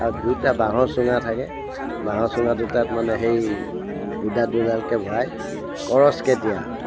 আৰু দুটা বাঁহৰ চুঙা থাকে বাঁহৰ চুঙা দুটাত মানে সেই দুডাল দুডালকৈ ভৰাই ক্ৰছকৈ দিয়া হয়